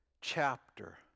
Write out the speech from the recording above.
chapter